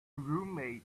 roommate